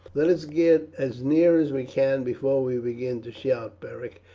let us get as near as we can before we begin to shout, beric.